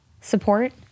support